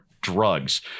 drugs